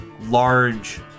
large